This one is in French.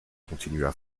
continua